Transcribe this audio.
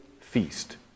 feast